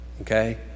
okay